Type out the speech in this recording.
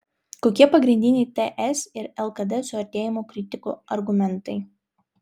kokie pagrindiniai ts ir lkd suartėjimo kritikų argumentai